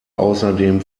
außerdem